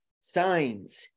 signs